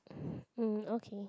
mm okay